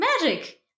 Magic